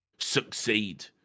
succeed